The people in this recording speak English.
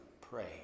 pray